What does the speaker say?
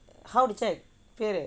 how to check கேளு:kelu